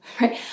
right